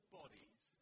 bodies